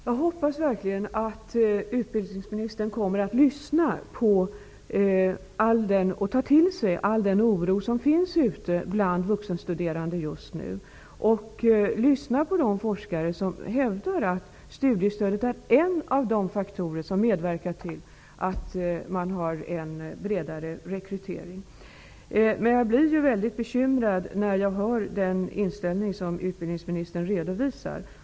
Herr talman! Jag hoppas verkligen att utbildningsministern kommer att lyssna på och ta till sig all den oro som finns bland vuxenstuderande just nu. Lyssna på de forskare som hävdar att studiestödet är en av de faktorer som medverkar till att bredda rekryteringsunderlaget. Jag blir väldigt bekymrad när jag hör den inställning som utbildningsministern redovisar.